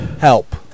help